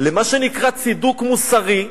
למה שנקרא צידוק מוסרי,